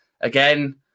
again